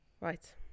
Right